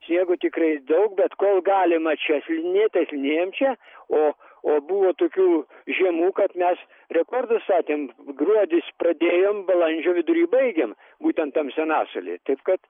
sniego tikrai daug bet kol galima čia slidinėt tai slidinėjam čia o o buvo tokių žiemų kad mes rekordus statėm gruodis pradėjom balandžio vidury baigėm būtent tam senasaly taip kad